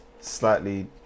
slightly